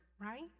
right